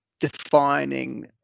defining